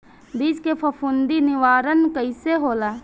बीज के फफूंदी निवारण कईसे होला?